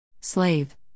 Slave